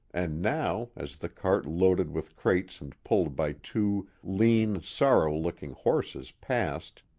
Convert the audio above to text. and now, as the cart loaded with crates and pulled by two lean, sorry-looking horses passed,